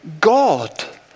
God